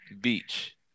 Beach